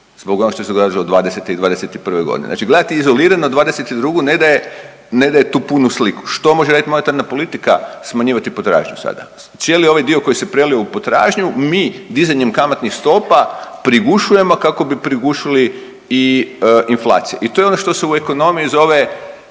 zbog onog što se događalo '20. i '21. godine. Znači gledati izolirano '22. ne daje, ne daje tu punu sliku. Što može raditi monetarna politika? Smanjivati potražnju sada. Cijeli ovaj dio koji se prelio u potražnju mi dizanjem kamatnih stopa prigušujemo kako bi prigušili i inflaciju. I to je ono što se u ekonomiji zove